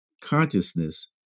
consciousness